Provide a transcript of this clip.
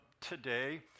today